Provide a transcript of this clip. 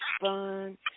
fun